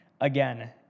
Again